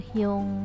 yung